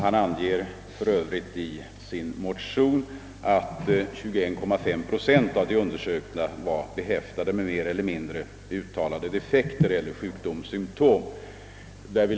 Han anger för övrigt i sin interpellation att 21,5 procent av de undersökta var behäftade med mer eller mindre uttalade defekter eller sjukdomssymtom.